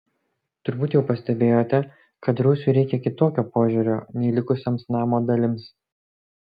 turbūt jau pastebėjote kad rūsiui reikia kitokio požiūrio nei likusioms namo dalims